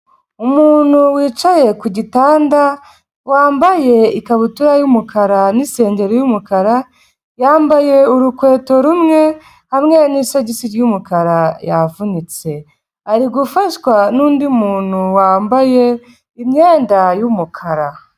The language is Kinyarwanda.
Umuntu wicaye ku gitanda, wambaye ikabutura y'umukara n'isengeri y'umukara, yambaye urukweto rumwe hamwe nisogisi ry'umukara, yavunitse, ari gufashwa n'undi muntu wambaye imyenda y'umukara.